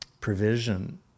provision